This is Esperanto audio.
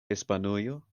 hispanujo